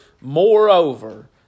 moreover